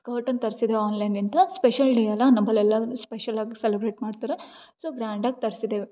ಸ್ಕರ್ಟನ್ನು ತರ್ಸಿದೆವು ಆನ್ಲೈನ್ಯಿಂದ special day ಅಲ್ಲ ನಂಬಳಿ ಎಲ್ಲಾರು ಸ್ಪೆಷಲ್ಲಾಗಿ ಸೆಲೆಬ್ರೇಟ್ ಮಾಡ್ತಾರೆ ಸೋ ಗ್ರಾಂಡ್ ಆಗಿ ತರ್ಸಿದ್ದೇವೆ